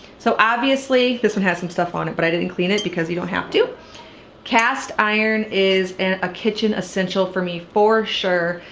so obviously this one has some stuff on it, but i didn't clean it because you don't have to cast iron is and a kitchen essential for me for sure.